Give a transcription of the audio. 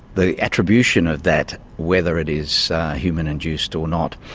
the attribution of that, whether it is human-induced or not,